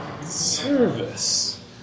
Service